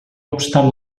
obstant